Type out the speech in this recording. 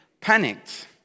panicked